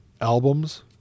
albums